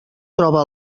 troba